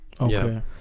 Okay